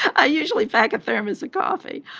i usually faggot thermos of coffee.